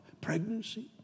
pregnancy